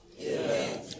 Amen